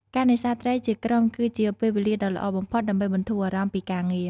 ការនេសាទត្រីជាក្រុមគឺជាពេលវេលាដ៏ល្អបំផុតដើម្បីបន្ធូរអារម្មណ៍ពីការងារ។